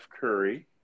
Curry